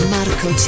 Marco